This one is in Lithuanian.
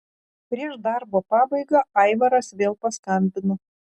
prieš darbo pabaigą aivaras vėl paskambino